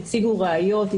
הציגו ראיות,